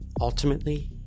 Ultimately